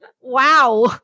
wow